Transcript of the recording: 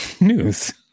news